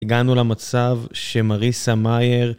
הגענו למצב שמריסה מאייר...